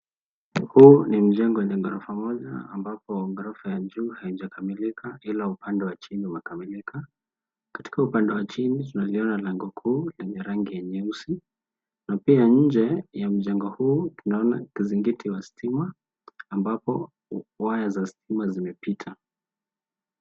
Huu ni mjengo wenye ghorofa moja ambapo ghorofa ya juu halijakamilika ila upande wa chini umekamilika. Katika upande wa chini tunaliona lango kuu lenye rangi ya nyeusi na pia nje ya mjengo huu tunaona kizingiti wa stima ambapo waya za stima zimepita.